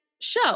show